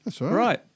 Right